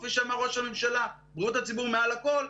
כפי שאמר ראש הממשלה - בריאות הציבור מעל הכול,